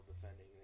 defending